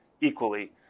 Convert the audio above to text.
equally